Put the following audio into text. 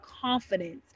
confidence